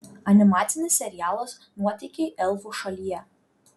animacinis serialas nuotykiai elfų šalyje